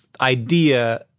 idea